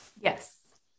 Yes